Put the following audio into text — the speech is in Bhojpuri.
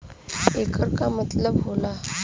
येकर का मतलब होला?